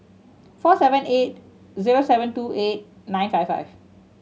four seven eight zero seven two eight nine five five